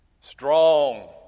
strong